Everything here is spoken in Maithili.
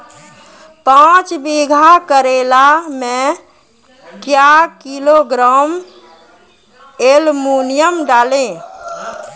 पाँच बीघा करेला मे क्या किलोग्राम एलमुनियम डालें?